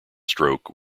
stroke